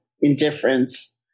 indifference